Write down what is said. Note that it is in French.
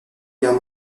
guerre